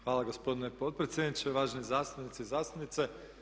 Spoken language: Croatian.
Hvala gospodine potpredsjedniče, uvaženi zastupnici i zastupnice.